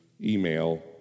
email